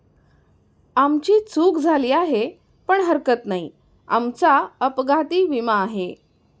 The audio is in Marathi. आमची चूक झाली आहे पण हरकत नाही, आमचा अपघाती विमा आहे